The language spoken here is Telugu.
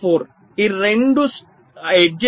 4 ఈ 2 అంచులు 0